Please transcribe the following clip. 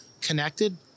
Connected